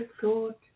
thought